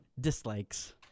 dislikes